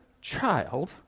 child